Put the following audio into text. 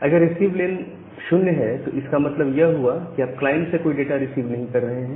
अगर रिसीवलेन 0 है तो इसका मतलब यह हुआ कि आप क्लाइंट से कोई डाटा रिसीव नहीं कर रहे हैं